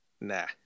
nah